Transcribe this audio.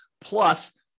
plus